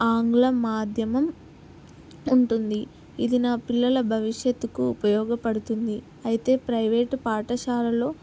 ఆంగ్ల మాధ్యమం ఉంటుంది ఇది నా పిల్లల భవిష్యత్తుకు ఉపయోగపడుతుంది అయితే ప్రైవేటు పాఠశాలలో